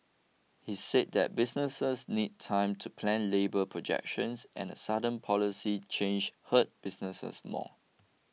he said that businesses need time to plan labour projections and a sudden policy change hurt businesses more